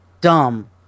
dumb